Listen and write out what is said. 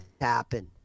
happen